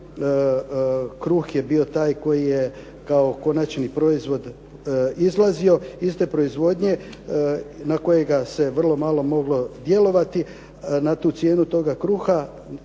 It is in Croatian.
kruh je bio taj koji je kao konačni proizvod izlazio iz te proizvodnje, na kojega se vrlo malo moglo djelovati, na tu cijenu toga kruha,